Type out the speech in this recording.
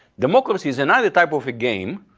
democracy is another type of a game,